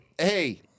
hey